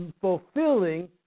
fulfilling